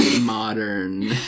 modern